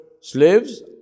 slaves